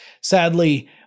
Sadly